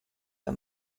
der